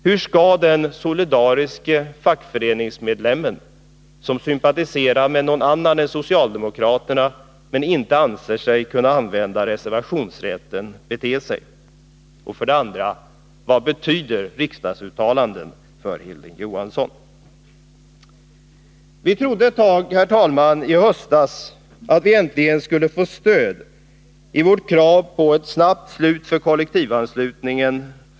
Hur skall den solidariske fackföreningsmedlem som sympatiserar med någon annan än socialdemokraterna, men inte anser sig kunna använda reservationsrätten, bete sig? 2. Vad betyder riksdagsuttalanden för Hilding Johansson? Vi trodde ett tag i höstas att vi äntligen skulle få stöd, och då från folkpartiet, för vårt krav på ett snabbt slut på kollektivanslutningen.